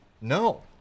no